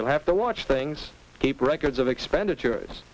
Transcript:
you'll have to watch things keep records of expenditure